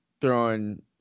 throwing